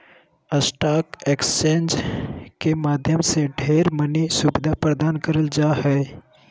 stock exchange के माध्यम से ढेर मनी सुविधा प्रदान करल जा हय